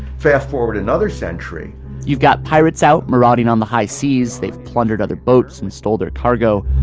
fast forward another century you've got pirates out marauding on the high seas. they've plundered other boats and stole their cargo.